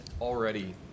already